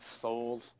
sold